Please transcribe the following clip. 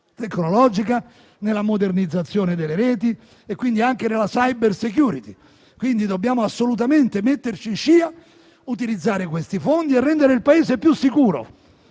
tecnologica, nella modernizzazione delle reti e quindi anche nella *cybersecurity*. Dobbiamo quindi assolutamente metterci in scia, utilizzare questi fondi e rendere il Paese più sicuro,